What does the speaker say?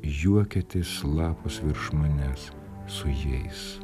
juokiatės lapuos virš manęs su jais